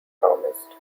promised